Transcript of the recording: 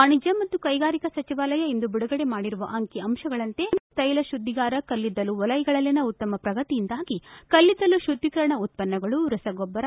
ವಾಣಿಜ್ಞ ಮತ್ತು ಕೈಗಾರಿಕಾ ಸಚಿವಾಲಯ ಇಂದು ಬಿಡುಗಡೆ ಮಾಡಿರುವ ಅಂಕಿ ಅಂಶಗಳಂತೆ ಸಿಮೆಂಟ್ ತ್ಯೆಲ ಶುದ್ದಿಗಾರ ಕಲ್ಲಿದ್ದಲು ವಲಯಗಳಲ್ಲಿನ ಉತ್ತಮ ಪ್ರಗತಿಯಿಂದಾಗಿ ಕಲ್ಲಿದ್ದಲು ಶುದ್ದೀಕರಣ ಉತ್ಪನ್ನಗಳು ರಸಗೊಬ್ಲರ